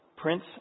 Prince